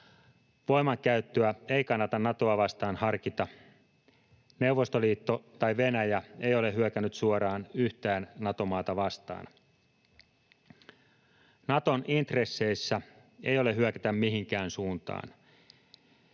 Voimankäyttöä ei kannata Natoa vastaan harkita. Neuvostoliitto tai Venäjä ei ole hyökännyt suoraan yhtään Nato-maata vastaan. Naton intresseissä ei ole hyökätä mihinkään suuntaan.